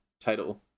title